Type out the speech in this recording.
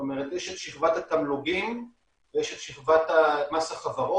זאת אומרת יש את שכבת התמלוגים ויש את מס החברות